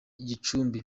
gicumbi